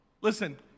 Listen